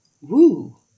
Woo